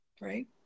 Right